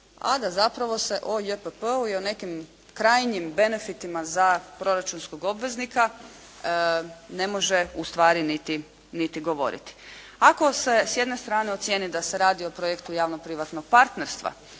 a da zapravo se o JPP-u i o nekim krajnjim benefitima za proračunskog obveznika ne može ustvari niti govoriti. Ako se s jedne strane ocijeni da se radi o projektu javno privatnog partnerstva,